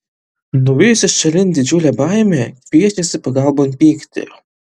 nuvijusi šalin didžiulę baimę kviečiasi pagalbon pyktį